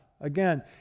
Again